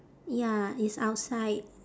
ya it's outside